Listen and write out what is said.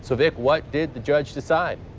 so that what did the judge decide.